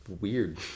weird